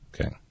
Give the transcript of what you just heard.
Okay